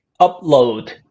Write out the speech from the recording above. Upload